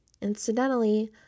Incidentally